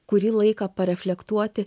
kurį laiką reflektuoti